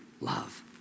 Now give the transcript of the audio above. Love